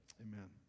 Amen